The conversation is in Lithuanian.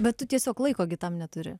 bet tu tiesiog laiko gi tam neturi